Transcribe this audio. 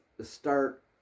start